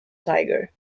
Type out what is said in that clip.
tiger